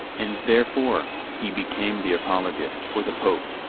and therefore, he became the apologist for the pope.